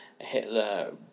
Hitler